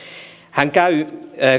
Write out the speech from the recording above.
hän käy